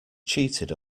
cheated